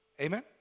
Amen